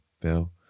Bill